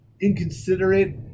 inconsiderate